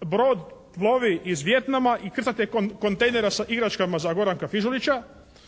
brod plovi iz Vijetnama i krcat je kontejnera sa igračkama za Goranka Fižulića.